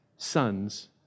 Sons